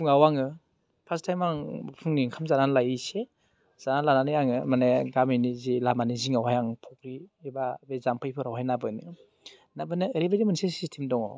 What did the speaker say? फुङाव आङो first time आङो फुंनि ओंखाम जानानै लायो एसे जानानै लानानै आङो माने गामिनि जि लामानि जिङावहाय आं फुख्रि एबा बे जाम्फैफोरावहाय ना बोनो ना बोननाया ओरैबायदि मोनसे सिस्टेम दङ